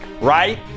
right